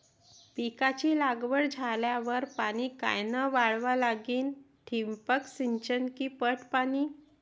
पिकाची लागवड झाल्यावर पाणी कायनं वळवा लागीन? ठिबक सिंचन की पट पाणी?